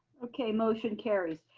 okay. motion carries.